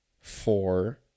four